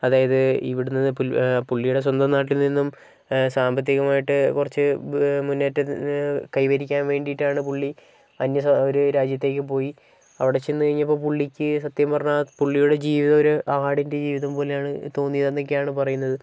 അതായത് ഇവിടെനിന്ന് പുള്ളിയുടെ സ്വന്തം നാട്ടിൽ നിന്നും സാമ്പത്തികമായിട്ട് കുറച്ച് മുന്നേറ്റത്തിന് കൈവരിക്കാൻ വേണ്ടിയിട്ടാണ് പുള്ളി അന്യ ഒരു രാജ്യത്തേക്ക് പോയി അവിടെ ചെന്ന് കഴിഞ്ഞപ്പോൾ പുള്ളിക്ക് സത്യം പറഞ്ഞാൽ പുള്ളിയുടെ ജീവിതം ഒരു ആടിന്റെ ജീവിതം പോലെയാണ് തോന്നിയത് എന്നൊക്കെയാണ് പറയുന്നത്